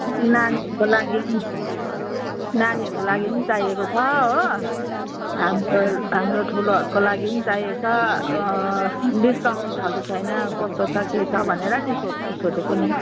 नानीहरूको लागि नानीहरूको लागि पनि चाहिएको छ हो हाम्रो हाम्रो ठुलोहरूको लागि पनि चाहिएको छ डिस्काउन्ट छ कि छैन कस्तो छ के छ भनेर नि सोध सोधेको नि